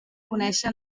conèixer